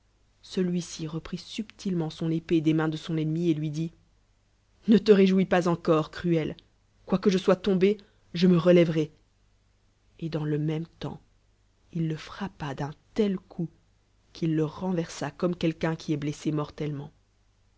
celui-ci reprit subtilement son épée des'mains de son ennemi et lui dit ne te réjouis pas encore cruel quoique je sois tombé je me releverai et dans le tuéme temps il le frappa d'un tel coup qu'il le renversa comme quelqu'un qui est blcssé mortellement